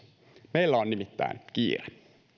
meillä on nimittäin kiire